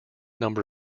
number